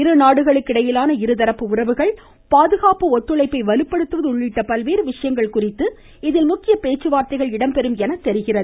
இருநாடுகளுக்கிடையிலான இருதரப்பு உறவுகள் பாதுகாப்பு ஒத்துழைப்பை வலுப்படுத்துவது உள்ளிட்ட பல்வேறு விஷயங்கள் குறித்து இதில் முக்கிய பேச்சுவார்த்தைகள் இடம்பெறும் என தெரிகிறது